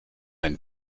ein